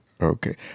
Okay